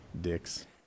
Dicks